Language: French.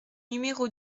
numéro